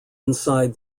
inside